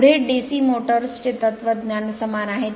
पुढे DC motors चे तत्वज्ञान समान आहे